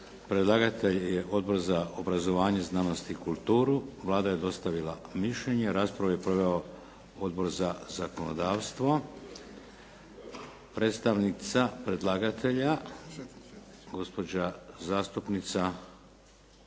Predlagatelj Odbor za obrazovanje, znanost i kulturu Vlada je dostavila mišljenje. Raspravu je proveo Odbor za zakonodavstvo. Predstavnica predlagatelja gospođa zastupnica